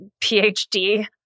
PhD